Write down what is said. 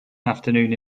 afternoon